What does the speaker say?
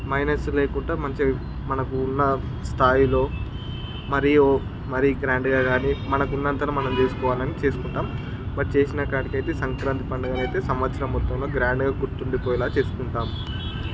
minus లేకుండా మంచిగా మనకు ఉన్న స్థాయిలో మరియు మరీ గ్రాండ్గా కానీ మనకు ఉన్నంతలో మనం చేసుకోవాలని చేసుకుంటాం బట్ చేసినకాడికి అయితే సంక్రాంతి పండుగను అయితే సంవత్సరం మొత్తంలో గ్రాండ్గా గుర్తుండి పోయేలాగా చేసుకుంటాం